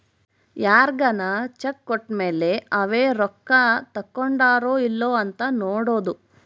ಯಾರ್ಗನ ಚೆಕ್ ಕೋಟ್ಮೇಲೇ ಅವೆ ರೊಕ್ಕ ತಕ್ಕೊಂಡಾರೊ ಇಲ್ಲೊ ಅಂತ ನೋಡೋದು